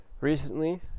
recently